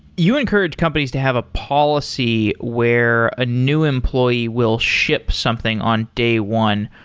you encourage companies to have a policy where a new employee will ship something on day one.